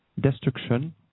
destruction